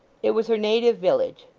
it was her native village.